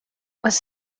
was